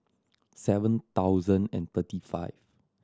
seven thousand and thirty five